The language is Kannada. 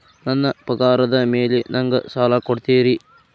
ನನ್ನ ಪಗಾರದ್ ಮೇಲೆ ನಂಗ ಸಾಲ ಕೊಡ್ತೇರಿ?